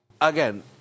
again